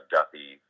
Duffy